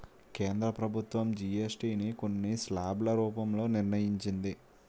కేంద్ర ప్రభుత్వం జీఎస్టీ ని కొన్ని స్లాబ్ల రూపంలో నిర్ణయించింది